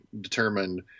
determined